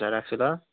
हुन्छ राख्छु ल